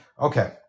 Okay